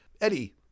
Eddie